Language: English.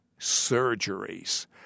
surgeries